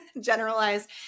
generalized